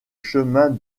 chemin